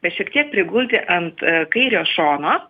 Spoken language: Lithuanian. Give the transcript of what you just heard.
bet šiek tiek prigulti ant kairio šono